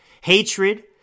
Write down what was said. Hatred